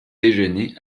déjeuner